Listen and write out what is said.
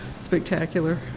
spectacular